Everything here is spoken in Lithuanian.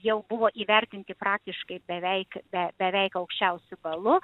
jau buvo įvertinti praktiškai beveik be beveik aukščiausiu balu